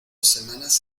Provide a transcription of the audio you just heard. semanas